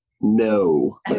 No